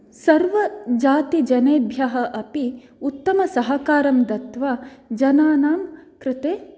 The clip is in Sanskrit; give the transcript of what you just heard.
सर्वजातिजनेभ्यः अपि उत्तमसहकारं दत्त्वा जनानां कृते